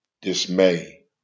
dismay